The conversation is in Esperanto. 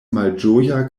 malĝoja